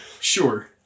Sure